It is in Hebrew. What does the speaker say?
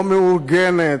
לא מאורגנת,